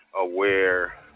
aware